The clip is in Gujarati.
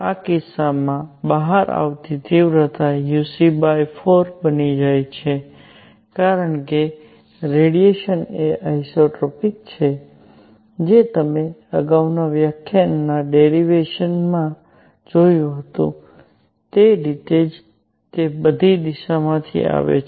આ કિસ્સામાં બહાર આવતી તીવ્રતા uc4 બની જાય છે કારણ કે રેડિયેશન એ આઇસોટ્રોપિક છે જે તમે અગાઉના વ્યાખ્યાનના ડેરિવેશન જોયું હતું તે રીતે તે બધી દિશામાંથી આવે છે